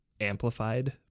amplified